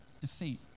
defeat